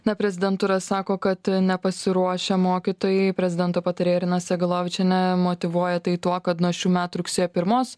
na prezidentūra sako kad nepasiruošę mokytojai prezidento patarėja irina segalovičienė motyvuoja tai tuo kad nuo šių metų rugsėjo pirmos